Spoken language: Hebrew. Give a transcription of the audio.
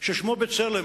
ששמו "בצלם".